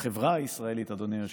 החברה הישראלית, אדוני היושב-ראש,